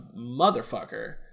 motherfucker